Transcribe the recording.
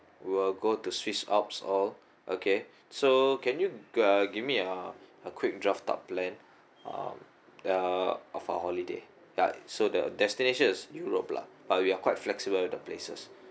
to uh go to swiss alps all okay so can you uh give me a a quick draft up plan uh uh of our holiday ya so the destinations europe lah but we are quite flexible with the places